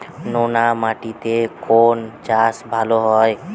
নোনা মাটিতে কোন চাষ ভালো হয়?